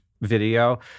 video